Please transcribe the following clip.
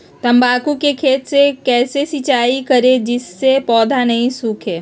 तम्बाकू के खेत मे कैसे सिंचाई करें जिस से पौधा नहीं सूखे?